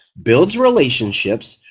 builds relationships,